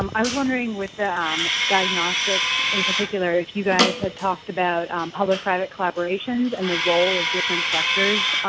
um i was wondering with the diagnostics, in particular, if you guys had talked about public-private collaborations and the role of different sectors,